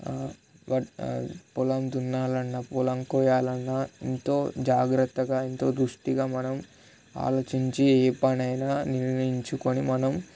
పొలం దున్నాలన్న పొలం కొయ్యాలన్నా ఎంతో జాగ్రత్తగా ఎంతో దృష్టిగా మనం ఆలోచించి ఏ పనైనా నిర్ణయించుకొని మనం